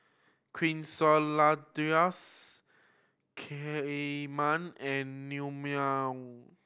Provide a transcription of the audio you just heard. Quesadillas Kheema and Naengmyeon